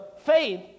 faith